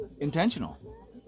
intentional